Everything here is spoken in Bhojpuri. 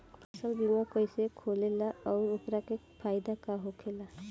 फसल बीमा कइसे होखेला आऊर ओकर का फाइदा होखेला?